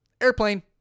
Airplane